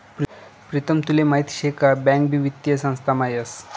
प्रीतम तुले माहीत शे का बँक भी वित्तीय संस्थामा येस